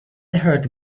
heard